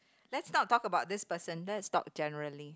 let's not talk about this person let's talk generally